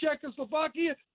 Czechoslovakia